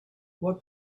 what